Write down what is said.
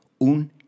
un